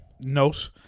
note